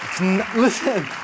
listen